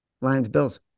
Lions-bills